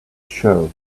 show